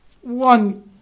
One